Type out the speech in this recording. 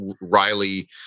Riley